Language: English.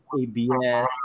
ABS